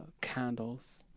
candles